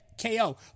KO